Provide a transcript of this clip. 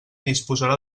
disposarà